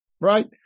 right